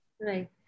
right